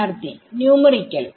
വിദ്യാർത്ഥി ന്യൂമറിക്കൽ